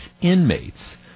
inmates